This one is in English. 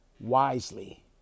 wisely